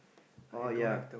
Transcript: orh ya